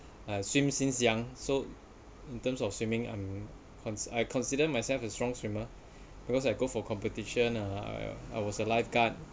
I swim since young so in terms of swimming I'm cons~ I consider myself a strong swimmer because I go for competition uh I was a lifeguard